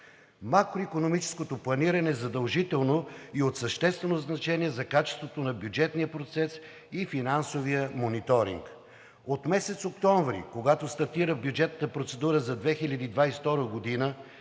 Макроикономическото планиране е задължително и е от съществено значение за качеството на бюджетния процес и финансовия мониторинг. От месец октомври, когато стартира бюджетната процедура за 2022 г.,